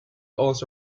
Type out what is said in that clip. also